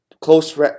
close